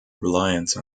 reliance